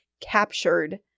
captured